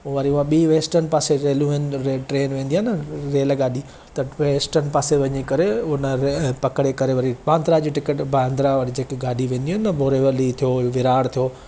वरी उहा बि वेस्टर्न पासे रेलियूं आहिनि ट्रेन वेंदी आहे न रेलगाॾी त वेस्टर्न पासे वञी करे उन रे पकिड़े करे वरी बांद्रा जी टिकिट बांद्रा वरी जेकी गाॾी वेंदियूं आहिनि न बोरीवली थियो विरार थियो